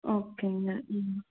ஓகேங்க ம்